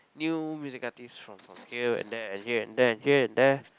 new music artist from from here and there and here and there and here and there